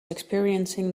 experiencing